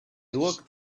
locked